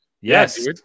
Yes